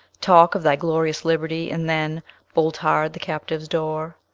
talk of thy glorious liberty, and then bolt hard the captive's door.